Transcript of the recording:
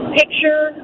picture